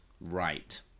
Right